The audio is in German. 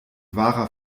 wahrer